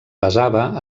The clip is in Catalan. basava